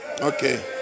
Okay